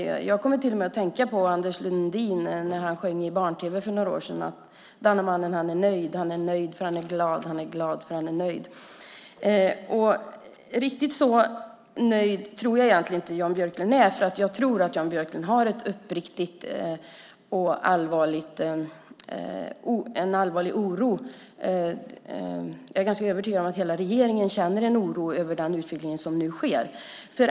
Jag kommer till och med att tänka på Anders Lundin när han för några år sedan i barn-tv sjöng: Denna man är nöjd. Han är nöjd för han är glad. Han är glad för han är nöjd. Riktigt så nöjd tror jag egentligen inte att Jan Björklund är, för jag tror att Jan Björklund är uppriktigt och allvarligt oroad. Jag är ganska övertygad om att hela regeringen känner en oro över den utveckling som nu sker.